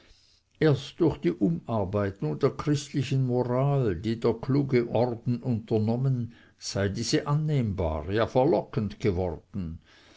erst durch die umarbeitung der christlichen moral die der kluge orden unternommen sei diese annehmbar ja verlockend geworden